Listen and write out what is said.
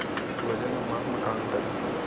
वजन अउ माप म का अंतर हे?